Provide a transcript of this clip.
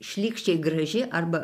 šlykščiai graži arba